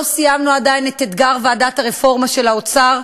לא סיימנו עדיין את אתגר ועדת הרפורמה של האוצר.